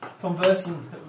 conversing